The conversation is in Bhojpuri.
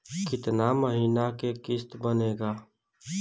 कितना महीना के किस्त बनेगा?